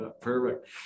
perfect